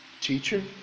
Teacher